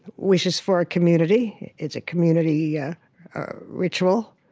wishes for a community. it's a community yeah ritual,